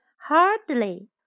Hardly